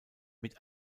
mit